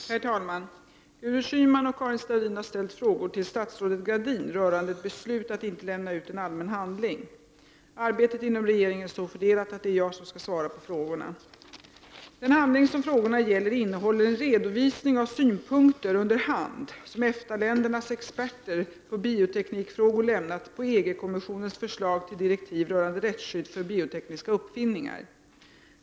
Herr talman! Gudrun Schyman och Karin Starrin har ställt frågor till statsrådet Gradin rörande ett beslut att inte lämna ut en allmän handling. Arbetet inom regeringen är så fördelat att det är jag som skall svara på frågorna. Den handling som frågorna gäller innehåller en redovisning av synpunkter under hand som EFTA-ländernas experter på bioteknikfrågor lämnat på EG-kommissionens förslag till direktiv rörande rättsskydd för biotekniska uppfinningar.